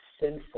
sinful